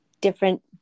Different